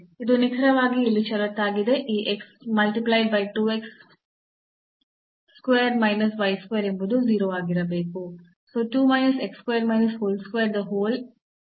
ಇದು ನಿಖರವಾಗಿ ಇಲ್ಲಿ ಷರತ್ತಾಗಿದೆ ಈ x multiplied by 2 minus x square minus y square ಎಂಬುದು 0 ಆಗಿರಬೇಕು